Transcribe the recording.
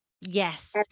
Yes